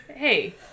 Hey